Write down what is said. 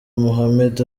mohammed